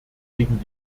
gegen